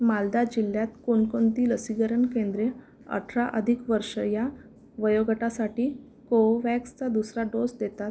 मालदा जिल्ह्यात कोणकोणती लसीकरण केंद्रे अठरा अधिक वर्ष या वयोगटासाठी कोवोव्हॅक्सचा दुसरा डोस देतात